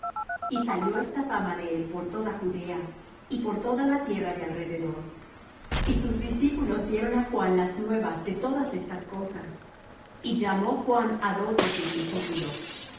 y salió esta fama de él por toda judea y por toda la tierra de alrededor y sus discípulos dieron á juan las nuevas de todas estas cosas y llamó juan á dos de sus discípulos